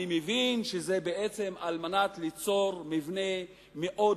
אני מבין שזה בעצם על מנת ליצור מבנה מאוד